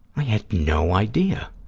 i had no idea.